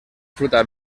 fruta